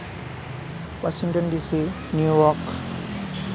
Washington D C New York